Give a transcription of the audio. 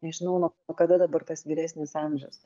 nežinau nuo kada dabar tas vyresnis amžius